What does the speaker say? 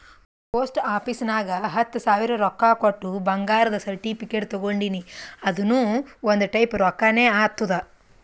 post office ನಾಗ್ ಹತ್ತ ಸಾವಿರ ರೊಕ್ಕಾ ಕೊಟ್ಟು ಬಂಗಾರದ ಸರ್ಟಿಫಿಕೇಟ್ ತಗೊಂಡಿನಿ ಅದುನು ಒಂದ್ ಟೈಪ್ ರೊಕ್ಕಾನೆ ಆತ್ತುದ್